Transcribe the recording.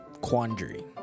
Quandary